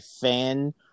fan